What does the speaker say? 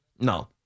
No